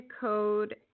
code